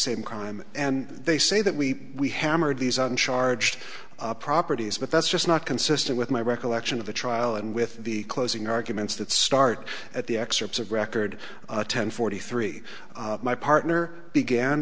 same crime and they say that we we hammered these uncharged properties but that's just not consistent with my recollection of the trial and with the closing arguments that start at the excerpts of record ten forty three my partner began